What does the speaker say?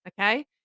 Okay